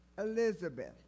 Elizabeth